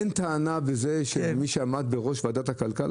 אין טענה בזה שמי שעמד בראש ועדת הכלכלה,